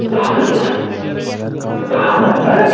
ہَہ